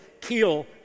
kill